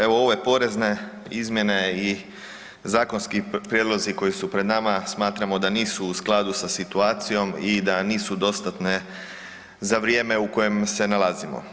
Evo, ove porezne izmjene i zakonski prijedlozi koji su pred nama smatramo da nisu u skladu sa situacijom i da nisu dostatne za vrijeme u kojem se nalazimo.